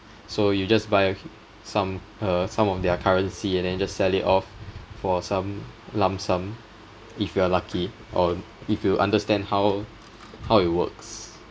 so you just buy a hu~ some uh some of their currency and then just sell it off for some lump sum if you're lucky or if you understand how how it works